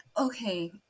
Okay